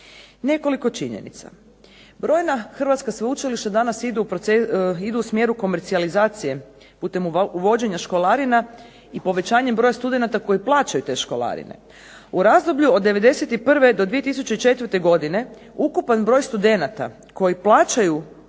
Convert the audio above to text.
Nekoliko činjenica. Brojna hrvatska sveučilišta danas idu u smjeru komercijalizacije putem uvođenja školarina i povećanjem broja studenata koji plaćaju te školarine. U razdoblju od '91. do 2004. godine ukupan broj studenata koji plaćaju, ukupan